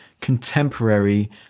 contemporary